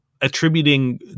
attributing